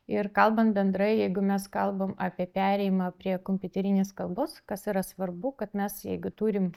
ir kalbant bendrai jeigu mes kalbam apie perėjimą prie kompiuterinės kalbos kas yra svarbu kad mes jeigu turim